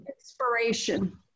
inspiration